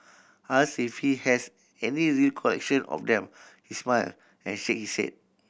asked if he has any recollection of them he smile and shake his head